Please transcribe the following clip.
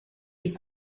est